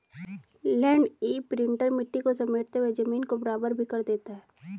land imprinter मिट्टी को समेटते हुए जमीन को बराबर भी कर देता है